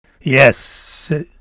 Yes